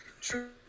True